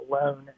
alone